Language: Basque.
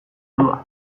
burua